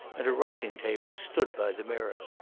and a writing-table stood by the mirror.